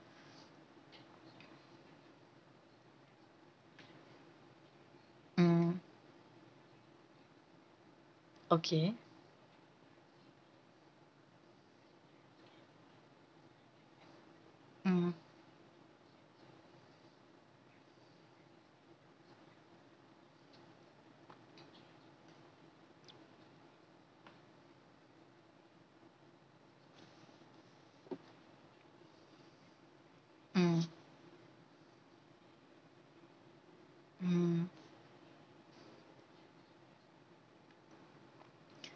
mm okay mm mm mm